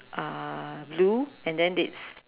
uh blue and then it's